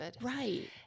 Right